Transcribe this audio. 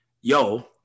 yo